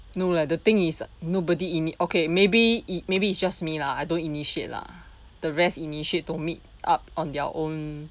no leh the thing is nobody ini~ okay maybe it maybe it's just me lah I don't initiate lah the rest initiate to meet up on their own